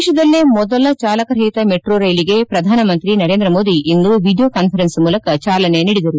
ದೇಶದಲ್ಲೇ ಮೊದಲ ಚಾಲಕ ರಹಿತ ಮೆಟ್ರೋ ರೈಲಿಗೆ ಪ್ರಧಾನಮಂತ್ರಿ ನರೇಂದ್ರ ಮೋದಿ ಇಂದು ವಿಡಿಯೋ ಕಾನ್ಫರೆನ್ಸ್ ಮೂಲಕ ಚಾಲನೆ ನೀಡಿದರು